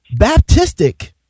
Baptistic